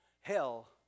Hell